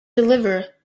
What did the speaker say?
deliver